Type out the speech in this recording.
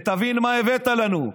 ותבין מה הבאת לנו,